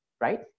Right